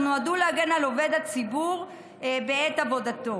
נועדו להגן על עובד הציבור בעת עבודתו.